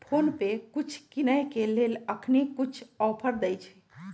PhonePe कुछ किनेय के लेल अखनी कुछ ऑफर देँइ छइ